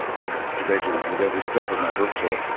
i have debated at at every stop of my book tour.